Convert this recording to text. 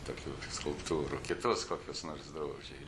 tokių skulptūrų kitus kokius nors drožė